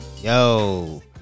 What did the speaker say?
Yo